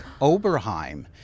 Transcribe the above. Oberheim